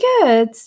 good